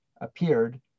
appeared